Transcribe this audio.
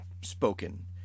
spoken